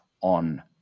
on